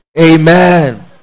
amen